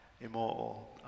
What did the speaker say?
immortal